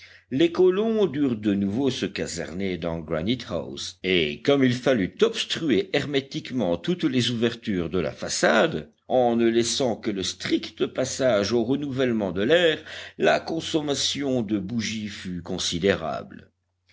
les colons durent de nouveau se caserner dans granite house et comme il fallut obstruer hermétiquement toutes les ouvertures de la façade en ne laissant que le strict passage au renouvellement de l'air la consommation de bougies fut considérable